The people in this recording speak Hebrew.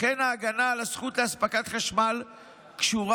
לכן ההגנה על הזכות לאספקת חשמל קשורה